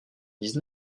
dix